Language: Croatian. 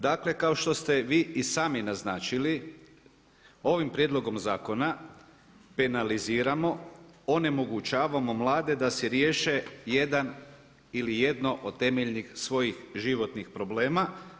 Dakle, kao što ste vi i sami naznačili ovim prijedlogom zakona penaliziramo, onemogućavamo mlade da si riješe jedno ili jedno od temeljnih svojih životnih problema.